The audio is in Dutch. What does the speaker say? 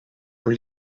voor